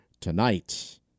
Tonight